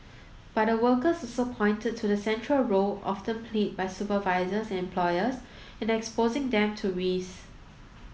but the workers also pointed to the central role often played by supervisors and employers in exposing them to risks